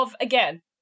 Again